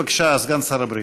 בבקשה, סגן שר הבריאות.